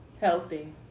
Healthy